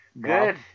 Good